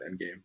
Endgame